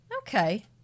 Okay